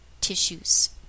tissues